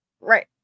Right